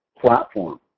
platform